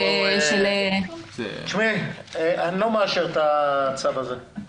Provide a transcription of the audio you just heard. אני לא מאשר את הצו הזה.